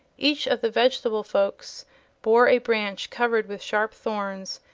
each of the vegetable folks bore a branch covered with sharp thorns,